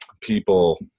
people